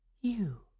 You